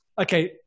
Okay